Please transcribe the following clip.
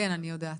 כן, אני יודעת.